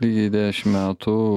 lygiai dešim metų